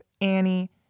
Annie